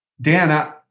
Dan